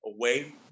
away